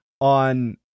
on